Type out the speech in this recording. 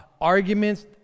arguments